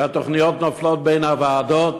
התוכניות נופלות בין הוועדות